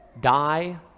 die